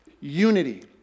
Unity